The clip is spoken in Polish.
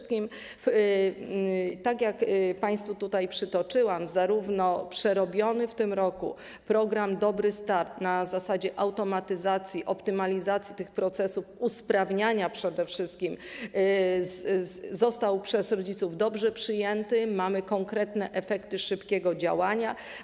Tak jak państwu tutaj przytoczyłam, przerobiony w tym roku program „Dobry start” na zasadzie automatyzacji, optymalizacji tych procesów usprawnienia przede wszystkim został przez rodziców dobrze przyjęty, mamy konkretne efekty szybkiego działania.